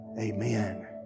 Amen